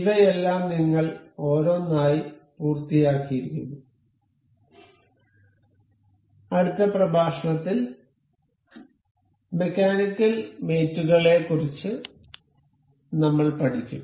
ഇവയെല്ലാം നിങ്ങൾ ഓരോന്നായി പൂർത്തിയാക്കിയിരിക്കുന്നു അടുത്ത പ്രഭാഷണത്തിൽ മെക്കാനിക്കൽ മേറ്റ് കളെക്കുറിച്ച് നമ്മൾ പഠിക്കും